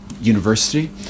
University